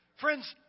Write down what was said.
Friends